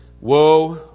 Woe